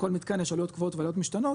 בכל מתקן יש עלויות קבועות ועלויות משתנות